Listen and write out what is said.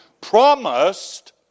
promised